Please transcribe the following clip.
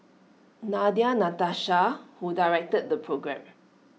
Nadia Natasha who directed the programme